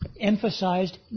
emphasized